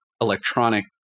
Electronic